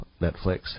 Netflix